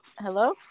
Hello